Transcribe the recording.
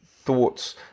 thoughts